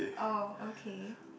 oh okay